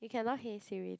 you cannot already